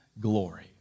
glory